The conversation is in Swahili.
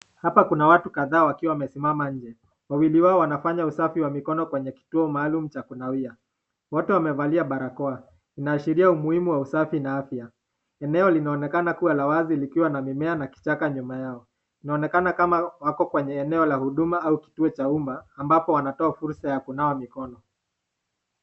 Hapa kuna watu kadhaa wakiwa wamesimama nje. Wawili wao wanafanya usafi wa mikono kwenye kituo maalum cha kunawia. Wote wamevalia barakoa. Inaashiria umuhimu wa usafi na afya. Eneo linaonekana kuwa la wazi likiwa na mimea na kichaka nyuma yao. Inaonakena kama wako kwenye eneo la huduma au kituo cha umma, ambapo wanatoa fursa ya kunawa mikono.